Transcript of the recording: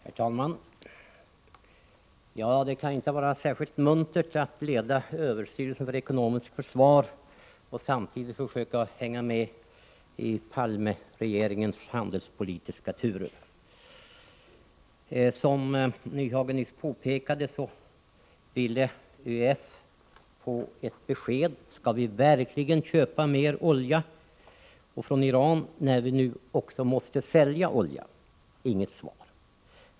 Herr talman! Det kan inte vara särskilt muntert att leda överstyrelsen för ekonomiskt försvar och samtidigt försöka hänga med i regeringen Palmes handelspolitiska turer. Som Nyhage nyss påpekade ville ÖEF få ett besked i frågan: Skall vi verkligen köpa mer olja, och det från Iran, när vi nu måste sälja olja? Inget svar.